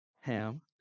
ham